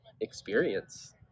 experience